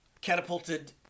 catapulted